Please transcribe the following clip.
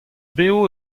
bev